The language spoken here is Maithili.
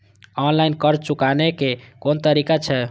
ऑनलाईन कर्ज चुकाने के कोन तरीका छै?